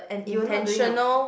you were not doing a